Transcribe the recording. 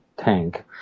tank